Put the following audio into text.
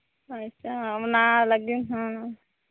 ᱦᱳᱭ ᱛᱚ ᱚᱱᱟ ᱞᱟᱹᱜᱤᱫ ᱦᱚᱸ